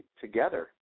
together